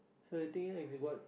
so the thing is if you got